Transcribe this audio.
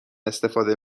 استفاده